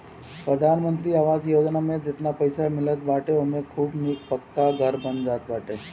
प्रधानमंत्री आवास योजना में जेतना पईसा मिलत बाटे ओमे खूब निक पक्का घर बन जात बाटे